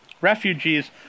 refugees